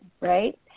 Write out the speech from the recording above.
right